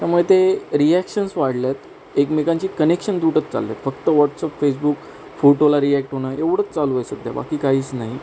त्यामुळं ते रिॲक्शन्स वाढल्या आहेत एकमेकांची कनेक्शन तुटत चाललेत फक्त वॉट्सअप फेसबुक फोटोला रिॲक्ट होणं एवढंच चालू आहे सध्या बाकी काहीच नाही